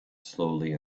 slowly